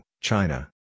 China